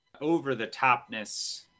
over-the-topness